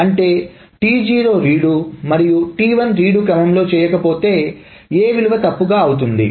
అంటే T0 read మరియు T1 read క్రమంలో చేయకపోతే A విలువ తప్పుగా అవుతుంది